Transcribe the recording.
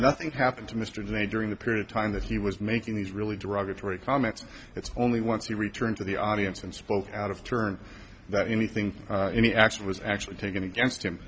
nothing happened to mr today during the period of time that he was making these really derogatory comments it's only once he returned to the audience and spoke out of turn that anything any action was actually taken against him